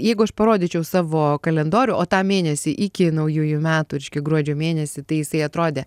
jeigu aš parodyčiau savo kalendorių o tą mėnesį iki naujųjų metų reiškia gruodžio mėnesį tai jisai atrodė